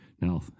Now